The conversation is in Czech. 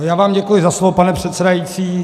Já vám děkuji za slovo, pane předsedající.